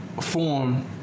form